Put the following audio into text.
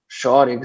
sure